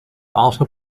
also